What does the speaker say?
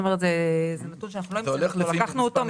זה נתון שאנחנו לא המצאנו אותו.